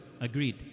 agreed